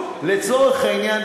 לצורך העניין,